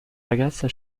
ragazza